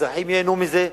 האזרחים ייהנו מזה,